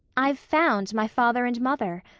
i've found my father and mother.